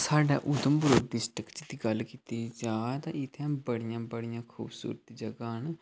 साढ़े उधमपुर डिस्ट्रिक्ट च गल्ल कीती जा ते इत्थै बड़ियां बड़ियां खूबसूरत जगहं न